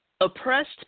oppressed